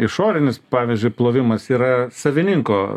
išorinis pavyzdžiui plovimas yra savininko